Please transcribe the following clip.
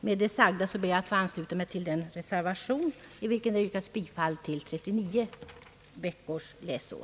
Med det sagda ber jag att få ansluta mig till den reservation i vilken yrkas bifall till 39 veckors läsår.